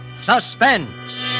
Suspense